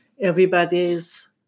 everybody's